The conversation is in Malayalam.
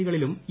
സി കളിലും ഇ